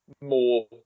more